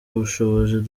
bushobozi